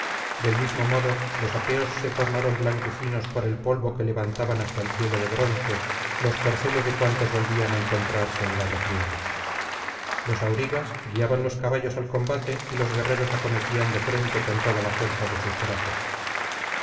del mismo modo los aqueos se tornaban blanquecinos por el polvo que levantaban hasta el cielo de bronce los corceles de cuantos volvían á encontrarse en la refriega los aurigas guiaban los caballos al combate y los guerreros acometían de frente con toda la fuerza de sus brazos